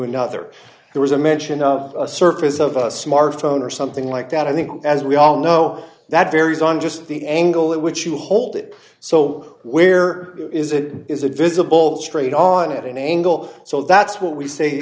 another there was a mention of a surface of a smartphone or something like that i think as we all know that varies on just the angle at which you hold it so where is it is a visible straight on at an angle so that's what we say